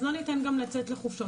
אז לא ניתן גם לצאת לחופשות.